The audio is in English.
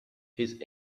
his